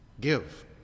give